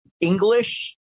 English